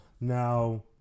Now